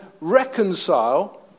reconcile